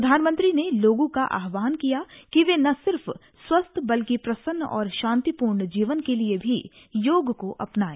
प्रधानमंत्री ने लोगों का आहवान किया कि वे ना सिर्फ स्वस्थ बल्कि प्रसन्न और शांतिपूर्ण जीवन के लिए भी योग को अपनाएं